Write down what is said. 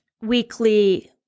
weekly